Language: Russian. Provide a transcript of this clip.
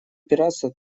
пиратства